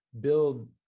build